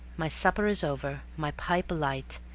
my supper is over, my pipe alight,